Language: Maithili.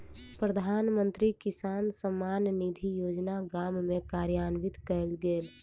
प्रधानमंत्री किसान सम्मान निधि योजना गाम में कार्यान्वित कयल गेल